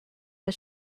but